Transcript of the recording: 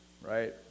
right